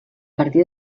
partir